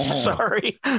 sorry